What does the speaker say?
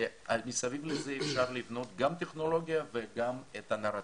ומסביב לזה אפשר לבנות גם טכנולוגיה וגם את הנרטיב.